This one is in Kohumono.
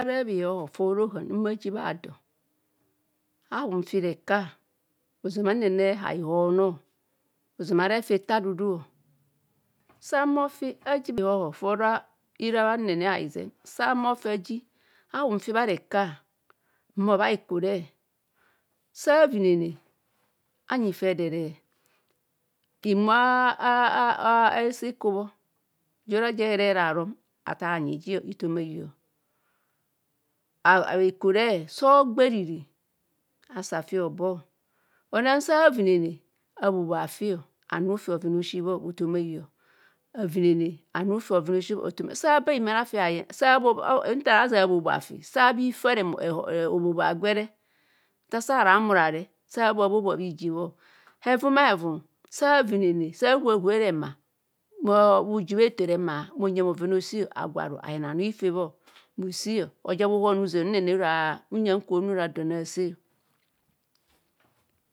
Sa reb bihoho fa bhiraa ohan ahumo ajibha don, ahun fi reka ozama nene abihono. Ozama a reb fi etadudu, sa humo fi aji ahun fi bhareka ahumo bhikure sa ayinene anyi fi edere imu aaa hese ikubho ja ora ja ehure eroaru nre. Attaa anyi fi, bhikare sa ogba eriri asa fi hobo. Onang sa avinene abho bhoa fi anyr fi bhoven aosi, bithomai o, avinene anurfi bhoven aosi. bhithomai. Sa aba hime ara fi ayeng nta ara zona abho, bhoa fi asa bhi fa bhi jibho. Hevumavum sa dhubhere rema asa bhito bhijobho bho ezo rema, bhunyeng bhoven aosi, agwo aru ahen anur febho bhisi